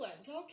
Okay